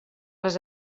les